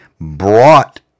brought